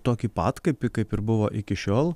tokį pat kaip kaip ir buvo iki šiol